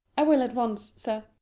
i will, at once, sir.